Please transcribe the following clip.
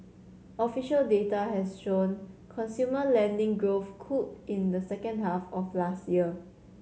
official data has shown consumer lending growth cooled in the second half of last year